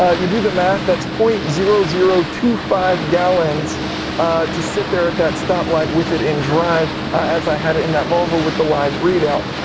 ah you do the math, that's zero point zero zero two five gallons to sit there at that stop light with it in drive. as i had it in that volvo with the live readout.